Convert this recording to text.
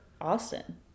Austin